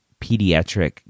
pediatric